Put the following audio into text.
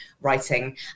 writing